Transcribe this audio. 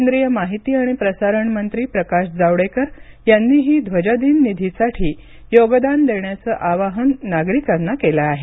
केंद्रिय माहिती आणि प्रसारण मंत्री प्रकाश जावडेकर यांनीही ध्वजदिन निधीसाठी योगदान देण्याचं आवाहन नागरिकांना केलं आहे